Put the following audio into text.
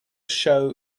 show